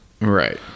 Right